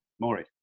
Maury